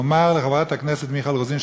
לומר לחברת הכנסת מיכל רוזין,